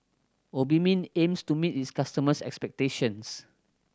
Obimin aims to meet its customers' expectations